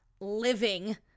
living